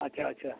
ᱟᱪᱪᱷᱟ ᱟᱪᱪᱷᱟ